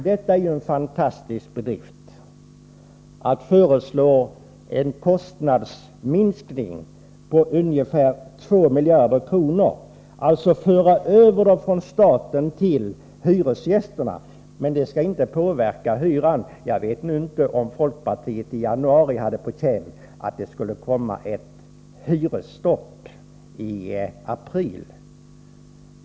Detta är en fantastisk bedrift: att föreslå en kostnadsminskning på ungefär 2 miljarder kronor genom en överföring från staten till hyresgästerna, utan att detta skall påverka hyran. Jag vet inte om folkpartiet i januari hade på känn att ett hyresstopp skulle komma i april.